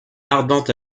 ardent